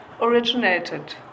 originated